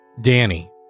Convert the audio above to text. Danny